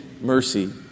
mercy